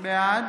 בעד